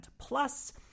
plus